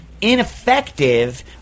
ineffective